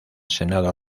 senado